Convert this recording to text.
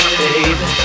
baby